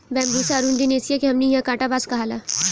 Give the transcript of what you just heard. Bambusa arundinacea के हमनी इन्हा कांटा बांस कहाला